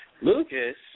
Lucas